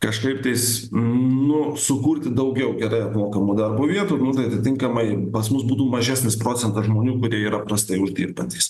kažkaip tais nu sukurti daugiau gerai apmokamų darbo vietų nu tai atitinkamai pas mus būtų mažesnis procentas žmonių kurie yra prastai uždirbantys